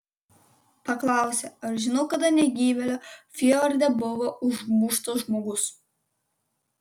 paklausė ar žinau kada negyvėlio fjorde buvo užmuštas žmogus